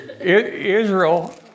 Israel